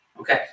Okay